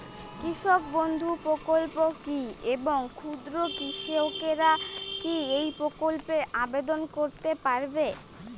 কৃষক বন্ধু প্রকল্প কী এবং ক্ষুদ্র কৃষকেরা কী এই প্রকল্পে আবেদন করতে পারবে?